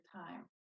time